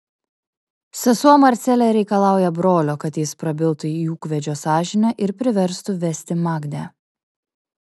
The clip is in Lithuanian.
sesuo marcelė reikalauja brolio kad jis prabiltų į ūkvedžio sąžinę ir priverstų vesti magdę